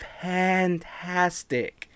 fantastic